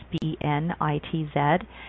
B-N-I-T-Z